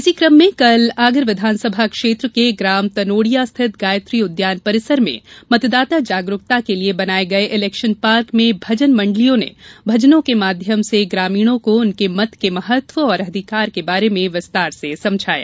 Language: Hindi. इसी क्रम में कल आगर विधानसभा क्षैत्र के ग्राम तनोड़िया स्थित गायत्री उद्यान परिसर में मतदाता जागरूकता के लिये बनाये गये इलेक्शन पार्क में भजन मंडलियों ने भजनों के माध्यम से ग्रामीणों को उनके मत के महत्व तथा अधिकार के बारे में विस्तार से समझाया